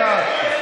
מפחד מברוך קרא,